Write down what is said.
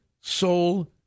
soul